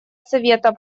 совета